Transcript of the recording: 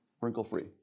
wrinkle-free